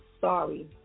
sorry